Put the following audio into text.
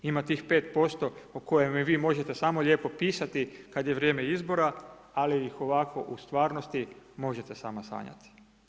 Imat ih 5% o kojima vi možete samo lijepo pisati, kada je vrijeme izbora, ali ih ovako u stvarnosti, možete samo sanjati.